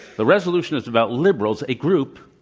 the resolution is about liberals, a group,